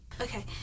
Okay